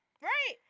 Right